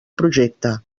projecte